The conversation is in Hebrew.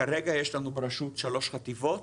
כרגע יש לנו ברשות שלוש חטיבות